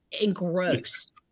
engrossed